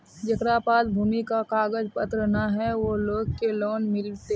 जेकरा पास भूमि का कागज पत्र न है वो लोग के लोन मिलते?